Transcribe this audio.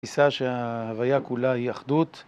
נתפיסה שההוויה כולה היאבאחדות